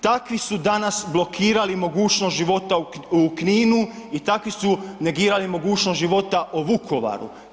Takvi su danas blokirali mogućnost života u Kninu i takvi su negirali mogućnost života u Vukovaru.